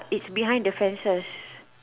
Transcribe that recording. it's behind the fences